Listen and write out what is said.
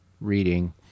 reading